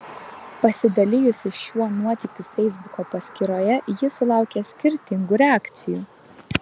pasidalijusi šiuo nuotykiu feisbuko paskyroje ji sulaukė skirtingų reakcijų